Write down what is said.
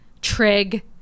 trig